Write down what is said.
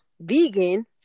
vegan